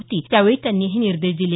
होती त्यावेर्ळी त्यांनी हे निर्देश दिले